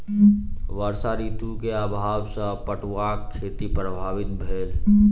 वर्षा ऋतू के अभाव सॅ पटुआक खेती प्रभावित भेल